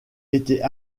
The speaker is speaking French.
étaient